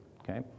okay